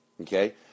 okay